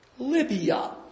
Libya